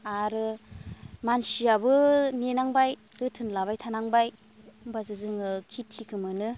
आरो मानसियाबो नेनांबाय जोथोन लाबाय थानांबाय होनबासो जोङो खेथिखौ मोनो